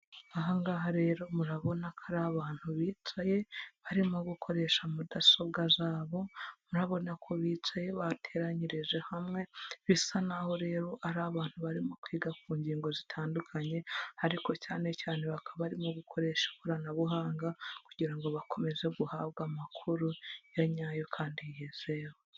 Aha ngaha rero murabona ko ari abantu bicaye, barimo gukoresha mudasobwa zabo, murabona ko bicaye bateranyirije hamwe, bisa n'aho rero ari abantu barimo kwiga ku ngingo zitandukanye, ariko cyane cyane bakaba barimo gukoresha ikoranabuhanga, kugira ngo bakomeze guhabwa amakuru ya nyayo kandi yizewe.